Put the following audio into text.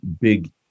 big